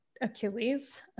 Achilles